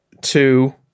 two